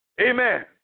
Amen